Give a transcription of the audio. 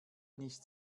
nicht